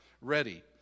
ready